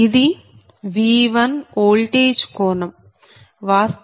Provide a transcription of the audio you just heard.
ఇది V1 voltage కోణం వాస్తవానికి 14